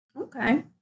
okay